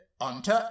unto